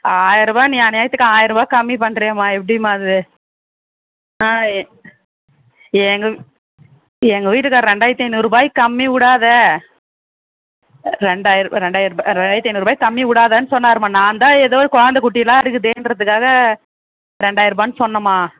ஆயிரருவா நீ அநியாயத்துக்கு ஆயரருவா கம்மி பண்ணுறியேம்மா எப்படிம்மா அது எங்கள் எங்கள் வீட்டுக்காரர் ரெண்டாயிரத்தி ஐநூறுபாய்க்கு கம்மி விடாத ரெண்டாயிர ரெண்டாயிர ருபா ரெண்டாயிரத்தி ஐநூறுபாய்க்கு கம்மி விடாத சொன்னாரும்மா நான் தான் ஏதோ கொழந்தை குட்டிலாம் இருக்குதேன்றதுக்காக ரெண்டாயிரருபானு சொன்னேம்மா